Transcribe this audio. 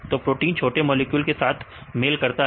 तो प्रोटीन छोटे मॉलिक्यूल के साथ मेल करते हैं